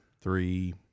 three